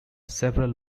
several